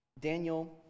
Daniel